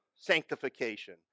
sanctification